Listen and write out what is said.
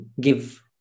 give